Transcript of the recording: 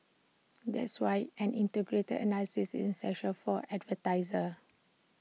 that's why an integrated analysis is essential for advertisers